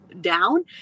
down